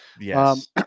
yes